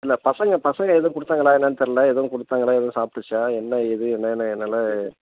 இல்லை பசங்கள் பசங்கள் எதுவும் கொடுத்தாங்களா என்னன்னு தெர்லை எதுவும் கொடுத்தாங்களா எதுவும் சாப்பிட்டுச்சா என்ன ஏது என்னென்று என்னால்